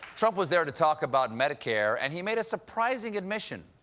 trump was there to talk about medicare and he made a surprising admission.